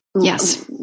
yes